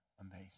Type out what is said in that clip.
amazing